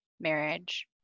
marriage